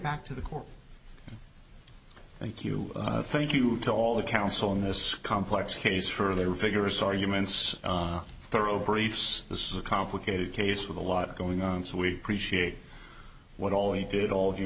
back to the court thank you thank you to all the counsel in this complex case for their vigorous arguments thorough briefs this is a complicated case with a lot going on so we appreciate what all you did all